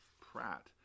Pratt